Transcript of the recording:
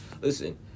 Listen